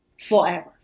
forever